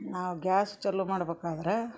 ನಾವು ಗ್ಯಾಸ್ ಚಾಲು ಮಾಡ್ಬೇಕಾದ್ರೆ